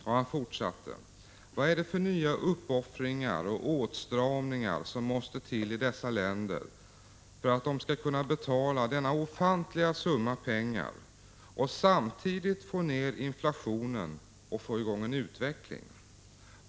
Och han fortsatte: ”Vad är det för nya uppoffringar och åtstramningar som måste till i dessa länder för att de skall kunna betala denna ofantliga summa pengar och samtidigt få ned inflationen och få i gång en utveckling?